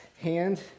hand